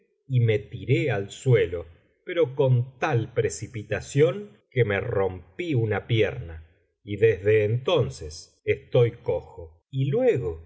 y me tiré al suelo pero con tal precipitación que me rompí una pierna y desde entonces estoy cojo y luego